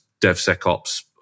DevSecOps